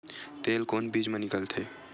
तेल कोन बीज मा निकलथे?